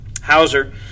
hauser